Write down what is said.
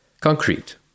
concrete